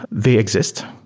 they exist.